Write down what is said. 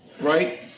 right